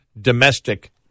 domestic